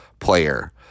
player